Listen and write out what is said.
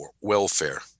welfare